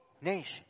nation